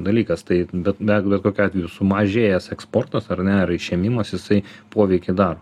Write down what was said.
dalykas tai bet bet kokiu atveju sumažėjęs eksportas ar ne ar išėmimas jisai poveikį daro